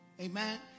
Amen